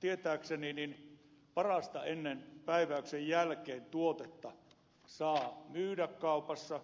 tietääkseni parasta ennen päiväyksen jälkeen tuotetta saa myydä kaupassa